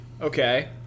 Okay